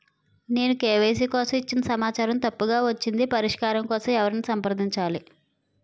నేను కే.వై.సీ కోసం ఇచ్చిన సమాచారం తప్పుగా వచ్చింది పరిష్కారం కోసం ఎవరిని సంప్రదించాలి?